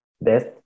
best